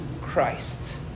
Christ